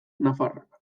nafarrak